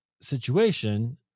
situation